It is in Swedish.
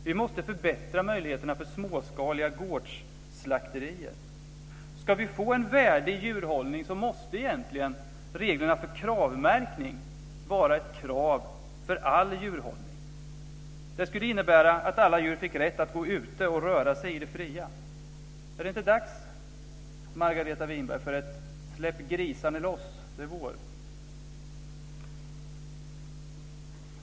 Vi måste förbättra möjligheterna för småskaliga gårdsslakterier. Om vi ska få en värdig djurhållning måste egentligen reglerna för Kravmärkning vara ett krav för all djurhållning. Det skulle innebära att alla djur fick rätt att gå ute och röra sig i det fria. Är det inte dags, Margareta Winberg, för ett: Släpp grisarna loss, det är vår!